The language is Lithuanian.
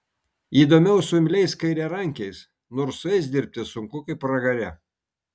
įdomiau su imliais kairiarankiais nors su jais dirbti sunku kaip pragare